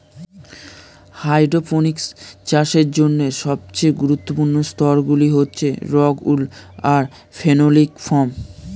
hydroponics চাষের জন্য সবচেয়ে গুরুত্বপূর্ণ স্তরগুলি হচ্ছে রক্ উল আর ফেনোলিক ফোম